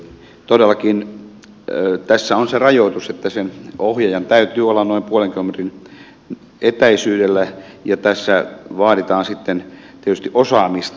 todellakin tässä on se rajoitus että sen ohjaajan täytyy olla noin puolen kilometrin etäisyydellä ja tässä vaaditaan sitten tietysti osaamista